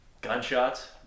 gunshots